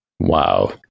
Wow